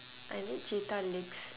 I need cheetah legs